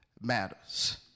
matters